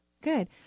Good